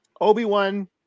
Obi-Wan